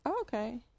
okay